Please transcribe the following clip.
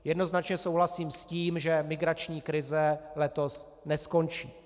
Jednoznačně souhlasím s tím, že migrační krize letos neskončí.